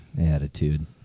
Attitude